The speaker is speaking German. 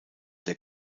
der